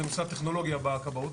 זה נושא הטכנולוגיה בכבאות.